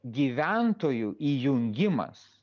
gyventojų įjungimas